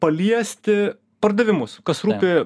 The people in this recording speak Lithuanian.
paliesti pardavimus kas rūpi